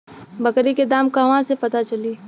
बकरी के दाम कहवा से पता चली?